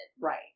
Right